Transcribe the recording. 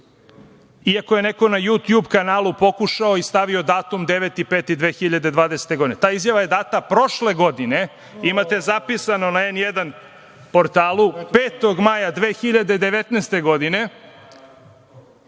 iako je neko na YouTube kanalu pokušao i stavio datum 9. maj 2020. godine. Ta izjava je data prošle godine, imate zapisano na N1 portalu, 5. maja 2019. godine.